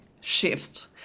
shift